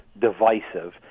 divisive